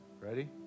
Ready